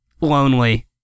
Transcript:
lonely